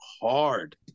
hard